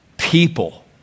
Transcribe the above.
people